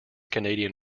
canadian